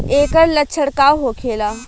ऐकर लक्षण का होखेला?